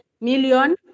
million